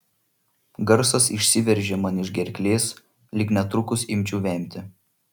garsas išsiveržė man iš gerklės lyg netrukus imčiau vemti